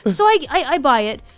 like i i buy it.